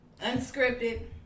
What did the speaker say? Unscripted